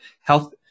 health